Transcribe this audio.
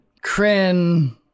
Kryn